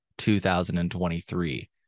2023